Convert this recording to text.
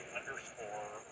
underscore